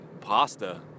pasta